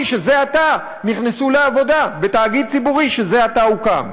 שזה עתה נכנסו לעבודה בתאגיד ציבורי שזה עתה הוקם.